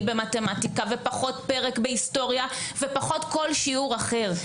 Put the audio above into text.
במתמטיקה ופחות פרק בהיסטוריה ופחות כל שיעור אחר.